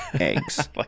eggs